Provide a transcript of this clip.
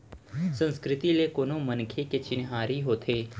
संस्कृति ले ही कोनो मनखे के चिन्हारी होथे